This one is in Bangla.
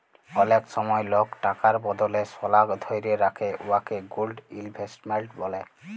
অলেক সময় লক টাকার বদলে সলা ধ্যইরে রাখে উয়াকে গোল্ড ইলভেস্টমেল্ট ব্যলে